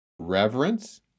reverence